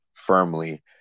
firmly